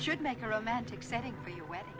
should make a romantic setting for your wedding